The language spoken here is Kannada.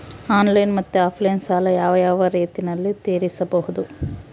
ಆನ್ಲೈನ್ ಮತ್ತೆ ಆಫ್ಲೈನ್ ಸಾಲ ಯಾವ ಯಾವ ರೇತಿನಲ್ಲಿ ತೇರಿಸಬಹುದು?